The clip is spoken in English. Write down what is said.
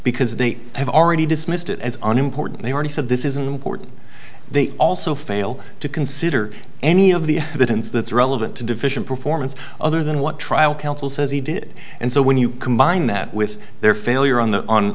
because they have already dismissed it as unimportant they already said this isn't important they also fail to consider any of the evidence that's relevant to deficient performance other than what trial counsel says he did and so when you combine that with their failure on the on